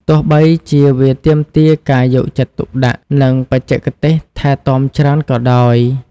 ទោះបីជាវាទាមទារការយកចិត្តទុកដាក់ និងបច្ចេកទេសថែទាំច្រើនក៏ដោយ។